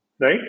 right